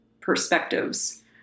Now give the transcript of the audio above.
perspectives